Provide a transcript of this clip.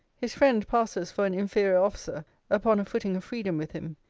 his friend passes for an inferior officer upon a footing of freedom with him.